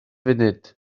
funud